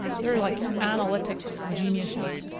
they are like analytic geniuses.